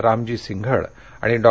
रामजी सिंघड आणि डॉ